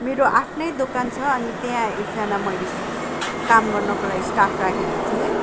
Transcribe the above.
मेरो आफ्नै दोकान छ अनि त्यहाँ एकजना मैले काम गर्नको लागि स्टाफ राखेको थिएँ